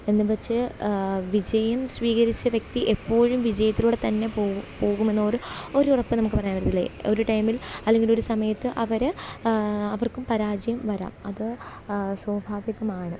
എന്നും വച്ച് വിജയം സ്വീകരിച്ച വ്യക്തി എപ്പോഴും വിജയത്തിലൂടെ തന്നെ പോകും പോകുമെന്നൊരു ഒരുറപ്പും നമുക്ക് പറയാന് പറ്റില്ല ഒരു ടൈമില് അല്ലെങ്കില് ഒരു സമയത്ത് അവര് അവര്ക്കും പരാജയം വരാം അത് സ്വാഭാവികമാണ്